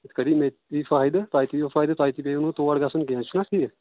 یِتھ کٔٹۍ مےٚ تہِ فٲیِدٕ تۄہہِ تہِ یِیو فٲیِدٕ تۄہہِ تہِ پیٚیو نہٕ تور گژھُن کینٛہہ چھُنہ ٹھیٖک